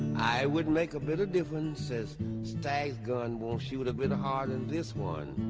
i wouldn't make a bit of difference, as stagg's gun won't shoot a bit harder than this one.